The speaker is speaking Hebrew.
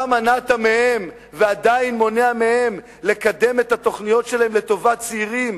אתה מנעת מהם ועדיין מונע מהם לקדם את התוכניות שלהם לטובת צעירים.